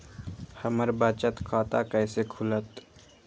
हमर बचत खाता कैसे खुलत?